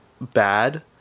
bad